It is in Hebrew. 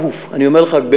ואני אומר לך שאף גוף,